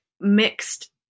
Mixed